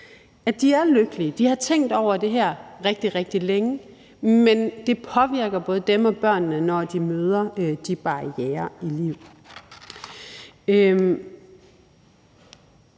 om. De er lykkelige og har tænkt over det her rigtig, rigtig længe, men det påvirker både dem og børnene, når de møder de barrierer i livet.